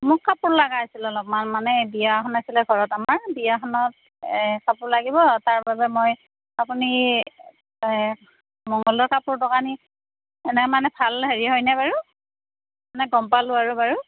মোক কাপোৰ লগা আছিল অলপমান মানে বিয়া এখন আছিলে ঘৰত আমাৰ বিয়াখনত কাপোৰ লাগিব তাৰ বাবে মই আপুনি মঙলদৈৰ কাপোৰ দোকানী এনে মানে ভাল হেৰি হয়নে বাৰু মানে গম পালোঁ আৰু বাৰু